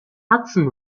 hudson